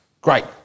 Great